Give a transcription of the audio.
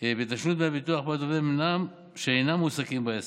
בתשלום דמי ביטוח בעד עובדיהם שאינם מועסקים בעסק,